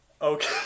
okay